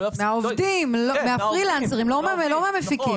מהעובדים, מהפרילנסרים, לא מהמפיקים.